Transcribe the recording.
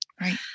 Right